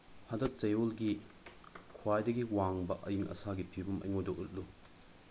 ꯍꯟꯗꯛ ꯆꯌꯣꯜꯒꯤ ꯈ꯭ꯋꯥꯏꯗꯒꯤ ꯋꯥꯡꯕ ꯑꯌꯤꯡ ꯑꯁꯥꯒꯤ ꯐꯤꯕꯝ ꯑꯩꯉꯣꯟꯗ ꯎꯠꯂꯨ